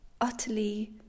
utterly